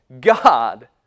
God